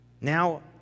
Now